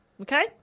Okay